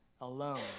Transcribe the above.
alone